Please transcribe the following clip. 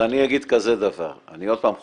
טוב, אז אני אגיד כזה דבר, אני עוד פעם חוזר,